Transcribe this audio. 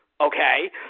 okay